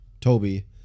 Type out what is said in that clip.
Toby